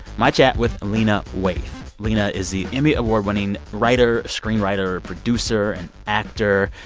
my chat with lena waithe. lena is the emmy award-winning writer, screenwriter, producer and actor.